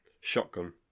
shotgun